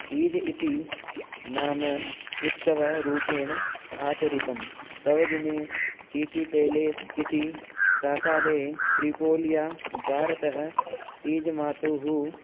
तीज इति नाम उत्सवरूपेण आचरितं तव दिने सिटी पेलेस् इति प्रासादे त्रिपोलिया द्वारतः तीजमातुः